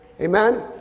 Amen